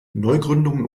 neugründungen